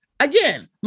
Again